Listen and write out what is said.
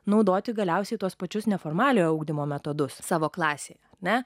naudoti galiausiai tuos pačius neformaliojo ugdymo metodus savo klasėje na